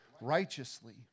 righteously